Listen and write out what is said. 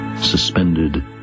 suspended